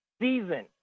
season